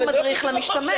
אבל זה לא קשור לחוק,